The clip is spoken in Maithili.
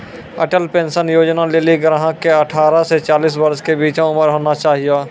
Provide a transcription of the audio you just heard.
अटल पेंशन योजना लेली ग्राहक के अठारह से चालीस वर्ष के बीचो उमर होना चाहियो